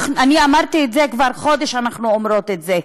אני אמרתי את זה, כבר חודש אנחנו אומרות את זה: